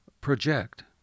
project